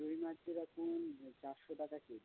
কই মাছগুলো আপনার চারশো টাকা কেজি